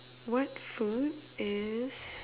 what food is